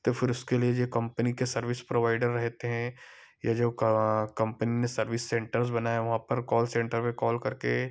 तो फिर उसके लिए ये कम्पनी के सर्विस प्रोवाइडर रहते हैं यह जो कम्पनी ने सर्विस सेंटर्स बनाया है वहाँ पर कॉल सेंटर में कॉल करके